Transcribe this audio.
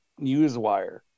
newswire